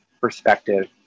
perspective